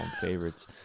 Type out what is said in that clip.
favorites